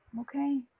Okay